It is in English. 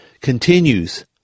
continues